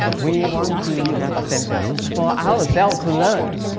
we want to have a center for ourselves to learn,